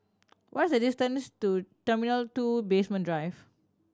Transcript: what is the distance to T Two Basement Drive